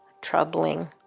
troubling